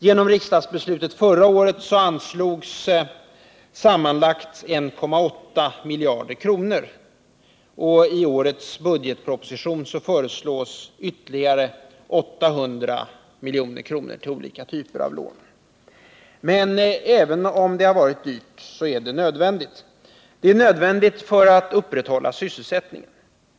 Genom riksdagsbeslutet förra året anslogs sammanlagt 1,8 miljarder kronor, och i årets budgetproposition föreslås ytterligare 800 milj.kr. till olika typer av lån. Men även om det har varit dyrt är det nödvändigt. Det är nödvändigt för att upprätthålla sysselsättningen.